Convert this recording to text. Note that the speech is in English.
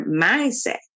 mindset